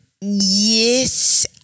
Yes